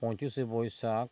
ᱯᱚᱪᱤᱥᱮ ᱵᱟᱹᱭᱥᱟᱹᱠ